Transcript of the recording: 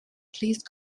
please